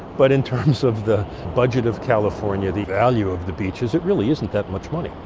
but in terms of the budget of california, the value of the beaches, it really isn't that much money.